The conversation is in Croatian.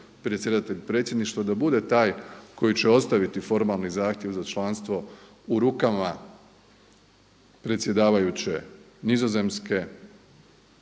predsjedatelj Predsjedništva da bude taj koji će ostaviti formalni zahtjev za članstvo u rukama predsjedavajuće Nizozemske